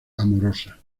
amorosa